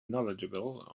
knowledgeable